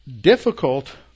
difficult